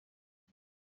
inc